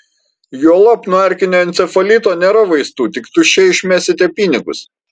juolab nuo erkinio encefalito nėra vaistų tik tuščiai išmesite pinigus